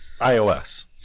iOS